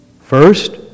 First